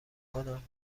کنند